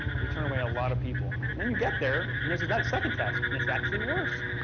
we turn away a lot of people. and then you get there and there's that second test and it's actually worse.